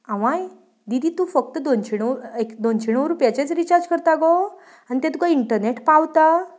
आवय दीदी तूं फक्त दोनशे णव एक दोनशे णव रुपयाचेंच रिचार्ज करता गो आनी तें तुका इंटर्नेट पावता